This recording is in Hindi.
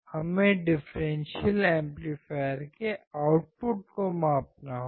हमें डिफ़्रेंसियल एम्पलीफायर के आउटपुट को मापना होगा